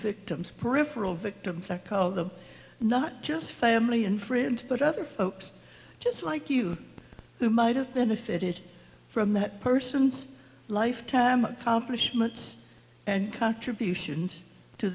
victims peripheral victims i call them not just family and friends but other folks just like you who might have benefited from that person's lifetime accomplishments and contributions to